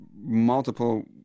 multiple